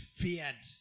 feared